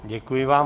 Děkuji vám.